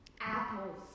Apples